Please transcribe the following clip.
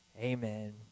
Amen